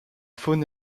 faune